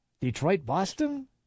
Detroit-Boston